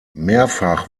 mehrfach